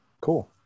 cool